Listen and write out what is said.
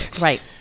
Right